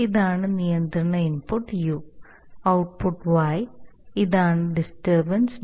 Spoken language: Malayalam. ഇതാണ് നിയന്ത്രണ ഇൻപുട്ട് യു ഔട്ട്പുട്ട് y ഇതാണ് ഡിസ്റ്റർബൻസ് d